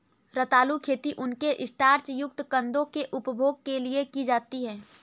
रतालू खेती उनके स्टार्च युक्त कंदों के उपभोग के लिए की जाती है